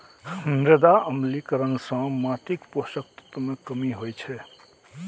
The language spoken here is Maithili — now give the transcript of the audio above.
मृदा अम्लीकरण सं माटिक पोषक तत्व मे कमी होइ छै